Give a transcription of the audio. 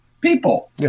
People